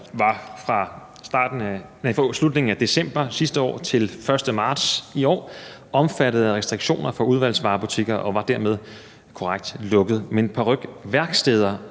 var fra slutningen af december sidste år til 1. marts i år omfattet af restriktioner for udvalgsvarebutikker og var dermed korrekt lukket. Men parykværksteder